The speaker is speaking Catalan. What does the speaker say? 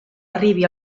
arribi